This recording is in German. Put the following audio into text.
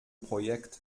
projekt